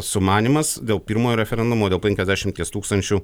sumanymas dėl pirmojo referendumo dėl penkiasdešimties tūkstančių